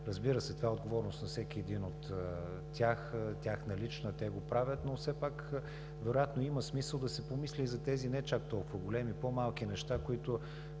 Разбира се, това е отговорност на всеки един от тях – и те го правят, но все пак вероятно има смисъл да се помисли и за тези не чак толкова големи, но и по-малки неща, които